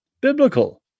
biblical